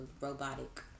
robotic